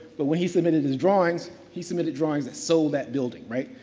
but, when he submitted his drawings, he submitted drawings that sold that building right?